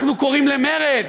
אנחנו קוראים למרד.